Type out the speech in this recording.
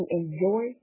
enjoy